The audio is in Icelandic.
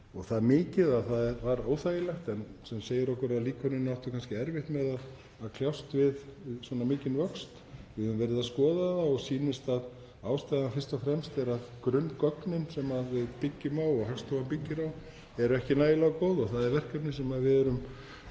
og það mikið að það var óþægilegt en sem segir okkur að líkönin áttu kannski erfitt með að kljást við svona mikinn vöxt. Við höfum verið að skoða það og sýnist að ástæðan sé fyrst og fremst að grunngögnin sem við byggjum á og Hagstofan byggir á eru ekki nægilega góð og það er verkefni sem við erum